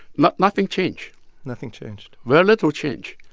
but nothing change nothing changed very little change.